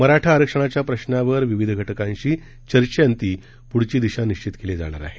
मराठा आरक्षणाच्या प्रश्नावर विविध घटकांशी चर्चेअंती पुढील दिशा निश्चित केली जाणार आहे